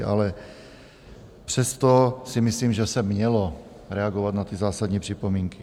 Ale přesto si myslím, že se mělo reagovat na zásadní připomínky.